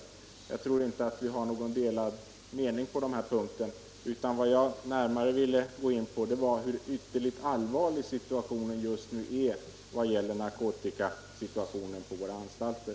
Jag tror inte att vi har några delade meningar — vården på den här punkten. Jag ville bara betona hur allvarlig situationen just nu är när det gäller narkotikamissbruket på våra anstalter.